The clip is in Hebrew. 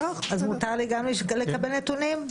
מותר לי גם לקבל נתונים?